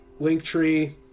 Linktree